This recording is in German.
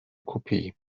kopie